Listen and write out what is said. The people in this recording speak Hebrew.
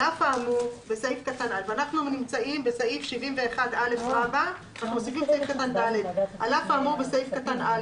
הוא יגיד כך בסעיף 71א נוסיף סעיף (ד): (ד)על אף האמור בסעיף קטן (א),